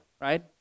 right